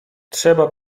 trzeba